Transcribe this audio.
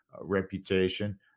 reputation